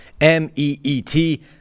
m-e-e-t